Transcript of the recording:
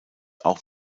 auch